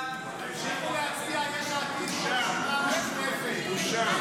ההצעה להעביר את הצעת חוק רשות העתיקות (תיקון,